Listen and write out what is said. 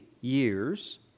years